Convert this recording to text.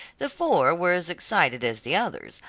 the four were as excited as the others,